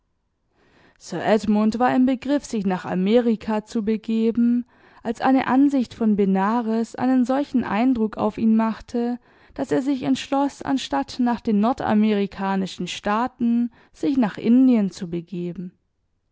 sir edmund war im begriff sich nach amerika zu begeben als eine ansicht von benares einen solchen eindruck auf ihn machte daß er sich entschloß anstatt nach den nordamerikanischen staaten sich nach indien zu begeben